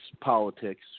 politics